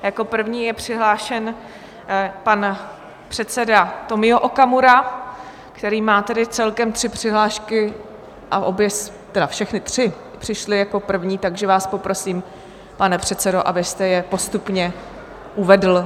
Jako první je přihlášen pan předseda Tomio Okamura, který má celkem tři přihlášky, a všechny tři přišly jako první, takže vás poprosím, pane předsedo, abyste je postupně uvedl.